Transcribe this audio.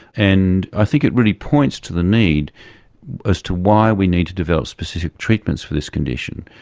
and i think it really points to the need as to why we need to develop specific treatments for this condition,